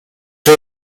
two